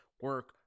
Work